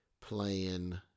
playing